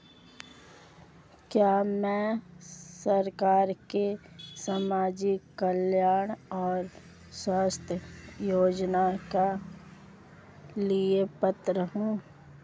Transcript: क्या मैं सरकार के सामाजिक कल्याण और स्वास्थ्य योजना के लिए पात्र हूं?